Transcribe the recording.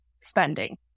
spending